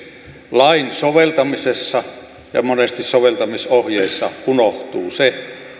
lain soveltamisessa ja monesti soveltamisohjeissa unohtuu se